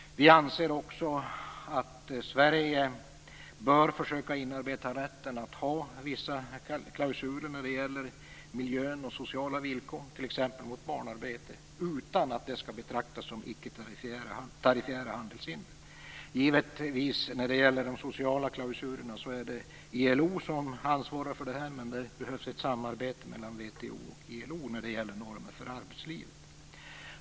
Vi anser också att Sverige bör försöka inarbeta rätten att ha vissa klausuler när det gäller miljö och sociala villkor, t.ex. mot barnarbete, utan att det skall betraktas som icke-tarrifära handelshinder. Givetvis ansvarar ILO för de sociala klausulerna, men det behövs ett samarbete mellan WTO och ILO när det gäller normer för arbetslivet.